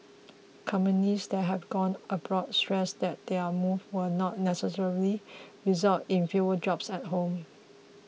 companies that have gone abroad stressed that their move will not necessarily result in fewer jobs at home